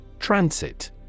Transit